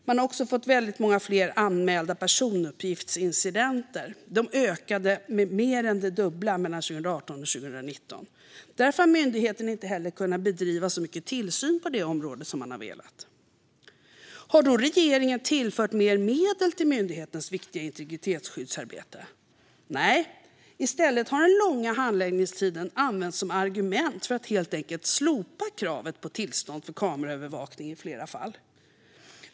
Man har också fått väldigt många fler anmälda personuppgiftsincidenter. De ökade till mer än det dubbla mellan 2018 och 2019. Därför har myndigheten inte heller kunnat bedriva så mycket tillsyn på området som man velat. Har då regeringen tillfört mer medel till myndighetens viktiga integritetsskyddsarbete? Nej, i stället har den långa handläggningstiden använts som argument för att helt enkelt slopa kravet på tillstånd för kameraövervakning i flera fall.